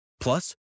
Plus